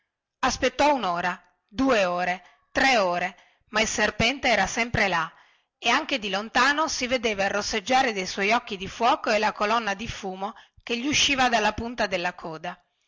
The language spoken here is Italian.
aspettò unora due ore tre ore ma il serpente era sempre là e anche di lontano si vedeva il rosseggiare de suoi occhi di fuoco e la colonna di fumo che gli usciva dalla punta della coda